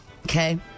Okay